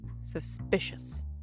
Suspicious